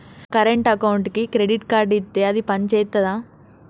Current అకౌంట్కి credit card ఇత్తే అది పని చేత్తదా?